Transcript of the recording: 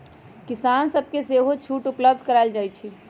किसान सभके सेहो छुट उपलब्ध करायल जाइ छइ